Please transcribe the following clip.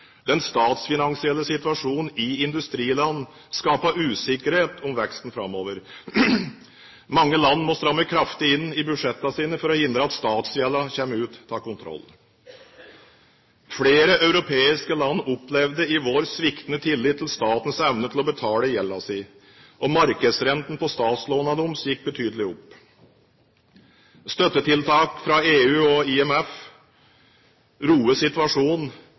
Den statsfinansielle situasjonen i industrilandene skaper usikkerhet om veksten framover. Mange land må stramme kraftig inn i sine budsjetter for å hindre at statsgjelden kommer ut av kontroll. Flere europeiske land opplevde i vår sviktende tillit til statens evne til å betale gjelden sin, og markedsrentene på statslånene deres gikk betydelig opp. Støttetiltak fra EU og IMF roet situasjonen,